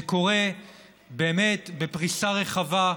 זה קורה באמת בפריסה רחבה,